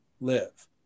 live